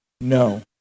No